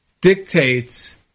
dictates